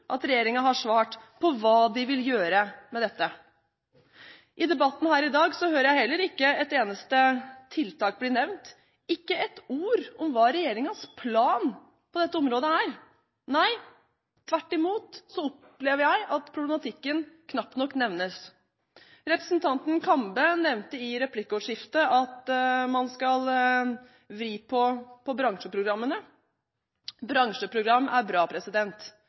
at regjeringen har svart på hva de vil gjøre med dette. I debatten her i dag hører jeg heller ikke et eneste tiltak bli nevnt, ikke ett ord om hva regjeringens plan på dette området er. Tvert imot, jeg opplever at problematikken knapt nok nevnes. Representanten Kambe nevnte i replikkordskiftet at man skal vri på bransjeprogrammene. Bransjeprogram er bra,